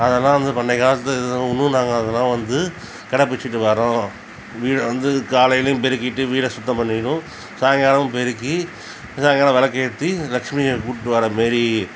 அதெலாம் வந்து பண்டைய காலத்தில் இன்னும் நாங்கள் அதெலாம் வந்து கடைப்பிடிச்சிட்டு வரோம் வீடை வந்து காலைலயும் பெருகிட்டு வீடை சுத்தம் பண்ணிகனும் சாயங்காலமும் பெருக்கி சாயங்காலம் விளக்கு ஏற்றி லட்சுமியை கூப்பிட்டு வரமாரி